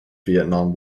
vietnam